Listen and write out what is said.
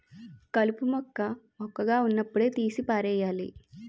కలుపు మొక్క మొక్కగా వున్నప్పుడే తీసి పారెయ్యాలి